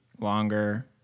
longer